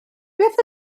beth